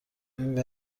این